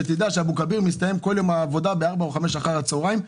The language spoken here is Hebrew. שתדע שהעבודה באבו כביר מסתיימת בכל יום ב-16:00 או 17:00 אחר הצוהריים.